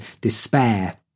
despair